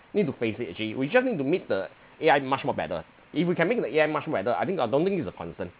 need to face it actually we just need to make the A_I much more better if we can make the A_I much more better I think I don't think it's a concern